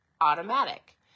automatic